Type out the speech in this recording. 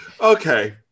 Okay